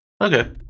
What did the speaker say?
Okay